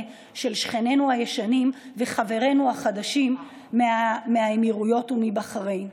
של שכנינו הישנים וחברינו החדשים מהאמירויות ומבחריין.